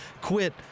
quit